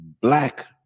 black